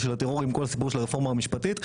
הטרור עם כל הסיפור של הרפורמה המשפטית,